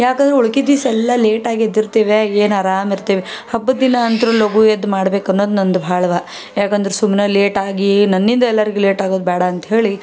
ಯಾಕಂದ್ರೆ ಉಳ್ಕೆದ್ ದಿವ್ಸ ಎಲ್ಲ ಲೇಟಾಗಿ ಎದ್ದಿರ್ತೀವಿ ಏನು ಆರಾಮ್ ಇರ್ತೀವಿ ಹಬ್ಬದ ದಿನ ಅಂತೂ ಲಗು ಎದ್ದು ಮಾಡ್ಬೇಕು ಅನ್ನೋದು ನಂದು ಭಾಳ ಯಾಕಂದ್ರೆ ಸುಮ್ನೆ ಲೇಟಾಗಿ ನನ್ನಿಂದ ಎಲ್ಲರ್ಗೆ ಲೇಟ್ ಆಗೋದು ಬೇಡ ಅಂಥೇಳಿ